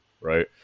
Right